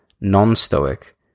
non-Stoic